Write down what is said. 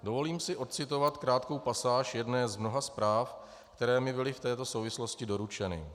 Dovolím si ocitovat krátkou pasáž jedné z mnoha zpráv, které mi byly v této souvislosti doručeny.